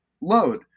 load